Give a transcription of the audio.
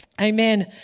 Amen